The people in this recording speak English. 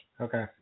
Okay